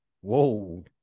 Whoa